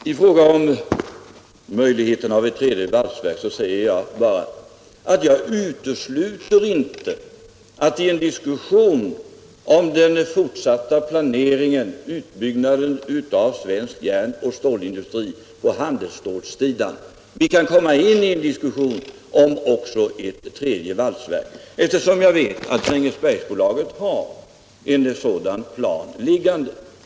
I fråga om möjligheten av ett tredje valsverk säger jag bara att jag utesluter inte att vi i en diskussion om den fortsatta planeringen och utbyggnaden av svensk järnoch stålindustri på handelsstålssidan kan komma in i en diskussion om ett tredje valsverk, eftersom jag vet att Grängesbergsbolaget har en sådan plan liggande.